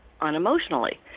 unemotionally